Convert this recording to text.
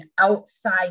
outside